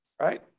right